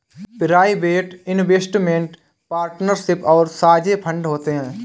private investment partnership और साझे fund होते हैं